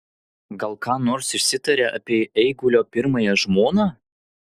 gal ką nors išsitarė apie eigulio pirmąją žmoną